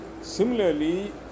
Similarly